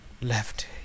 left